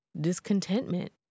discontentment